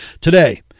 today